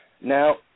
Now